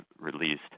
released